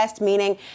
meaning